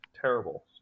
Terrible